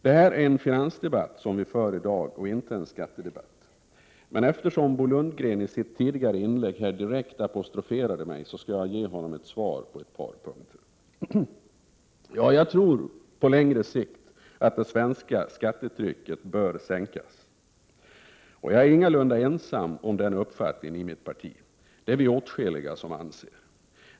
Det är en finansdebatt och inte en skattedebatt som vi för i dag, men eftersom Bo Lundgren i sitt inlägg här direkt apostroferade mig skall jag ge honom svar på ett par punkter. Ja, jag tror att det svenska skattetrycket bör sänkas på längre sikt. Jag är ingalunda ensam i mitt parti om att ha den uppfattningen, vi är åtskilliga som anser det.